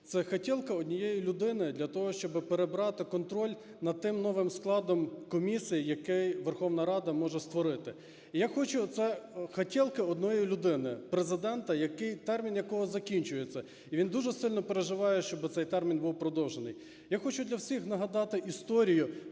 Це хотєлка однієї людини для того, щоби перебрати контроль над тим новим складом комісії, який Верховна Рада може створити. І я хочу… це хотєлка однієї людини – Президента, термін якого закінчується, і він дуже сильно переживає, щоб цей термін був продовжений. Я хочу для всіх нагадати історію